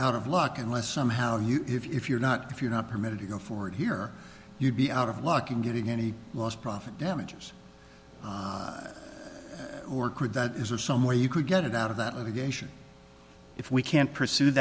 out of luck unless somehow you if you're not if you're not permitted to go forward here you'd be out of luck in getting any lost profit damages or could that is there somewhere you could get it out of that of a geisha if we can't pursue